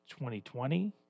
2020